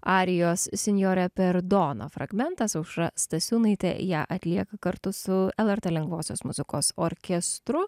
arijos sinjorė perdona fragmentas aušra stasiūnaitė ją atlieka kartu su lrt lengvosios muzikos orkestru